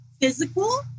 physical